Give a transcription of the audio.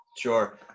Sure